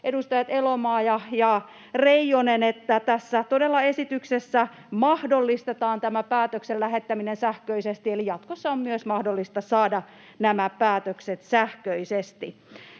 edustajat Elomaa ja Reijonen, että todella tässä esityksessä mahdollistetaan tämä päätöksen lähettäminen sähköisesti, eli jatkossa on myös mahdollista saada nämä päätökset sähköisesti.